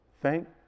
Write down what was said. Thank